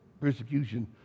persecution